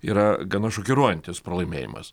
yra gana šokiruojantis pralaimėjimas